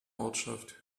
ortschaft